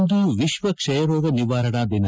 ಇಂದು ವಿಶ್ವ ಕ್ಷಯ ರೋಗ ನಿವಾರಣಾ ದಿನ